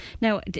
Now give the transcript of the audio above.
now